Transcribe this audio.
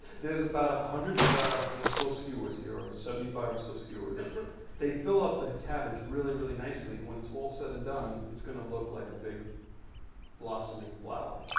there's about a hundred or so skewers here or seventy five or so skewers they fill up the cabbage really really nicely and when it's all said and done it's gonna look like a big blossoming flower.